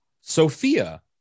Sophia